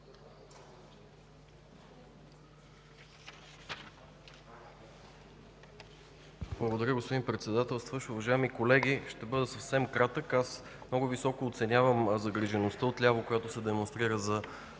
Благодаря, господин Председател. Уважаеми колеги, ще бъда съвсем кратък. Много високо оценявам загрижеността отляво, която се демонстрира, за